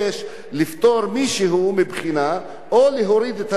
מבחינה או להוריד את הרמה של הרפואה.